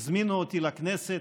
הזמינו אותי לכנסת,